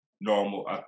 normal